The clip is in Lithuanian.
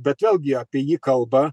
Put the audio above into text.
bet vėlgi apie jį kalba